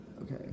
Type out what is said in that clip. Okay